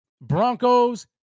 Broncos